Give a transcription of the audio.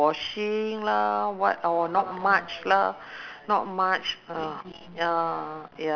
now it is october I went in september at uh